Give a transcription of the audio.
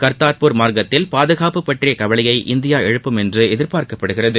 கர்த்தார்பூர் மார்க்கத்தில பாதுகாப்பு ப்ற்றிய கவலையை இந்தியா எழுப்பும் என்று எதிர்பார்க்கப்படுகிறது